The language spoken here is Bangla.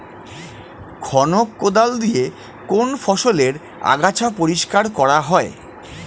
খনক কোদাল দিয়ে কোন ফসলের আগাছা পরিষ্কার করা হয়?